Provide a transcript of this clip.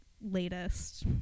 latest